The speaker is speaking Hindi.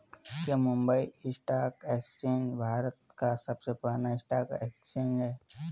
क्या मुंबई स्टॉक एक्सचेंज भारत का सबसे पुराना स्टॉक एक्सचेंज है?